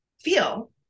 feel